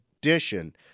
addition